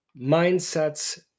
mindsets